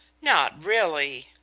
not really?